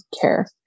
care